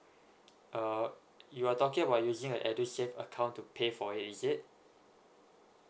uh you are talking about using a edusave account to pay for it is it